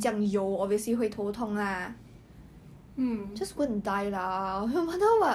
the show that I just watch the my my girlfriend is an alien right the family 不支持